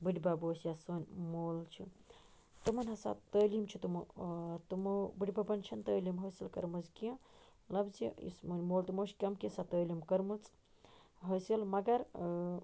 بٕڈِبب اوس یا سٲنۍ مول چھُ تِمن ہَسا تٔعلیٖم چھِ تِمو تٔمو بٕڈِببن چھَ نہٕ تٔعلیٖم حٲصِل کٔرمٕژ کیٚنٛہہ لفظِ یُس میون مول تہٕ موج چھ کَم کیٚنٛژھا تٔعلیٖم کٔرمٕژ حٲصِل مگر